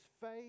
faith